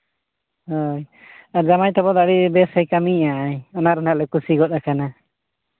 ᱟᱨ ᱡᱟᱶᱟᱭ ᱛᱟᱠᱚ ᱟᱹᱰᱤ ᱵᱮᱥᱮᱭ ᱠᱟᱹᱢᱤᱭᱟᱭ ᱚᱱᱟ ᱛᱮᱦᱟᱸᱜ ᱞᱮ ᱠᱩᱥᱤ ᱜᱚᱫ ᱟᱠᱟᱱᱟ